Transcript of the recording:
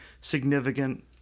significant